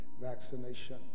vaccination